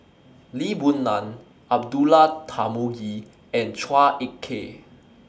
Lee Boon Ngan Abdullah Tarmugi and Chua Ek Kay